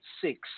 six